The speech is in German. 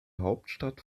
hauptstadt